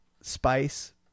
spice